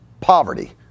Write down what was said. poverty